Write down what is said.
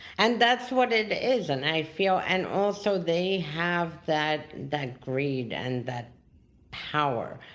and that's what it is, and i feel and also they have that that greed and that power.